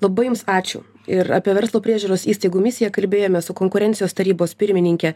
labai jums ačiū ir apie verslo priežiūros įstaigų misiją kalbėjomės su konkurencijos tarybos pirmininke